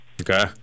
Okay